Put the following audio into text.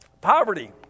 Poverty